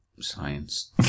science